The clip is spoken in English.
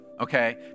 okay